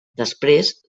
després